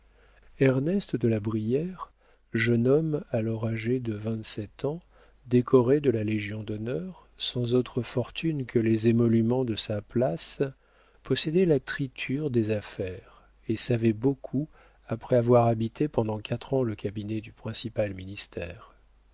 ernest de la brière jeune homme alors âgé de vingt-sept ans décoré de la légion-d'honneur sans autre fortune que les émoluments de sa place possédait la triture des affaires et savait beaucoup après avoir habité pendant quatre ans le cabinet du principal ministère